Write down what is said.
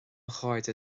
chairde